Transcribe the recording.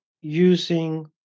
using